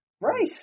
right